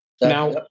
Now